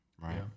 Right